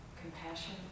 compassion